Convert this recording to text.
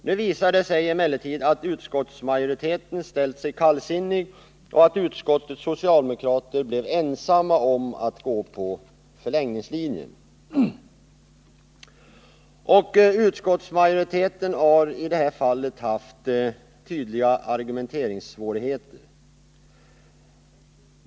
Nu visar det sig emellertid att utskottsmajoriteten ställt sig kallsinnig och att utskottets socialdemokrater blivit ensamma om att gå på förlängningslinjen. Utskottsmajoriteten har i detta fall haft tydliga argumenteringssvårigheter.